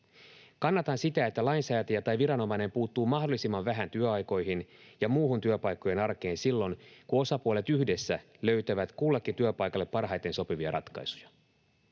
Kannatan sitä, että lainsäätäjä tai viranomainen puuttuu mahdollisimman vähän työaikoihin ja muuhun työpaikkojen arkeen silloin, kun osapuolet yhdessä löytävät kullekin työpaikalle parhaiten sopivia ratkaisuja.